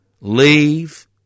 Leave